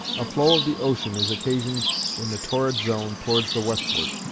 a flow of the ocean is occasioned in the torrid zone towards the westward.